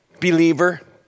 believer